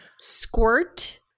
Squirt